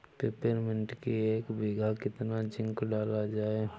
Peppermint की एक बीघा कितना जिंक डाला जाए?